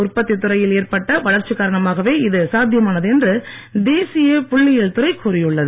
உற்பத்தி துறையில் ஏற்பட்ட வளர்ச்சி காரணமாகவே இது சாத்தியமானது என்று தேசிய புள்ளியியல் துறை கூறியுள்ளது